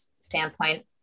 standpoint